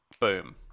Boom